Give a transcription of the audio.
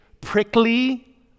prickly